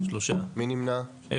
3 נמנעים,